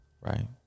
right